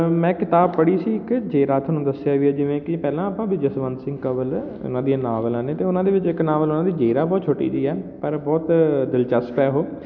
ਮੈਂ ਕਿਤਾਬ ਪੜ੍ਹੀ ਸੀ ਇੱਕ ਜੇਰਾ ਤੁਹਾਨੂੰ ਦੱਸਿਆ ਵੀ ਹੈ ਜਿਵੇਂ ਕਿ ਪਹਿਲਾਂ ਆਪਾਂ ਵੀ ਜਸਵੰਤ ਸਿੰਘ ਕੰਵਲ ਉਹਨਾਂ ਦੀਆਂ ਨਾਵਲਾਂ ਨੇ ਅਤੇ ਉਹਨਾਂ ਦੇ ਵਿੱਚ ਇੱਕ ਨਾਵਲ ਉਹਨਾਂ ਦੀ ਜੇਰਾ ਬਹੁਤ ਛੋਟੀ ਜਿਹੀ ਆ ਪਰ ਬਹੁਤ ਦਿਲਚਸਪ ਹੈ ਉਹ